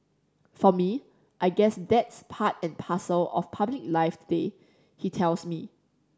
for me I guess that's part and parcel of public life today he tells me